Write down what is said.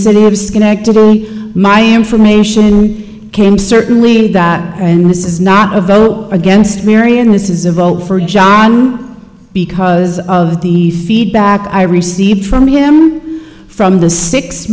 little disconnected my information came certainly that and this is not a vote against marian this is a vote for john because of the feedback i received from him from the six